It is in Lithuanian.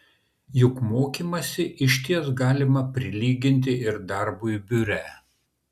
juk mokymąsi išties galima prilyginti ir darbui biure